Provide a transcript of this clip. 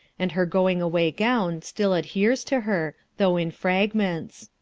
and her going-away gown still adheres to her, though in fragments.